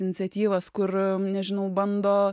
iniciatyvas kur nežinau bando